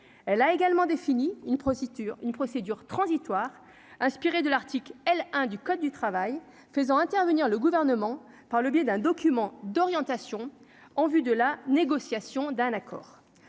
elle a également défini une prostituée, une procédure transitoire, inspiré de l'Arctique L 1 du code du travail, faisant intervenir le gouvernement par le biais d'un document d'orientation en vue de la négociation d'un accord,